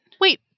Wait